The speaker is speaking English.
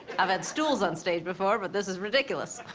i've had stools onstage before, but this is ridiculous.